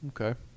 Okay